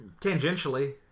Tangentially